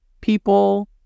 people